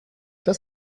das